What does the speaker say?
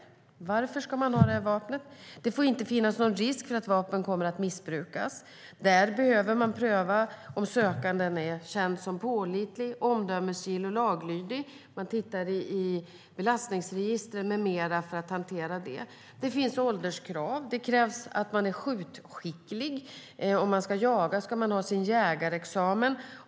Varför ska man ha detta vapen? Det får inte finnas någon risk för att vapnet kommer att missbrukas. Där behöver man pröva om sökanden är känd som pålitlig, omdömesgill och laglydig. Man tittar i belastningsregister med mera för att hantera det. Det finns ålderskrav. Det krävs att man är skjutskicklig. Om man ska jaga ska man ha sin jägarexamen.